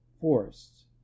Forests